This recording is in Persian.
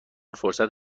فرصت